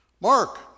Mark